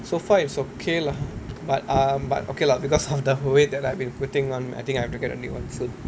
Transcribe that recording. so far it's okay lah but um but okay lah because of the weight that I've been putting on I think I have to get a new soon